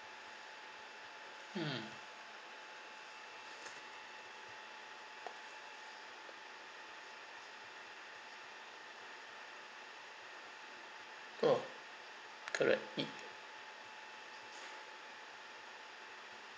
hmm cool correct